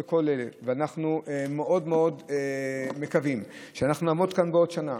אנחנו מאוד מאוד מקווים שאנחנו נעמוד כאן בעוד שנה,